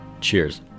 Cheers